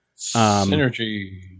Synergy